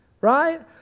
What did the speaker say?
Right